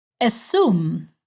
assume